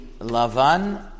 Lavan